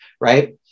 right